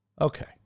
Okay